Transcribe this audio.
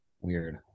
Weird